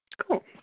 Cool